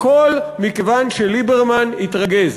הכול מכיוון שליברמן התרגז.